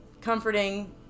comforting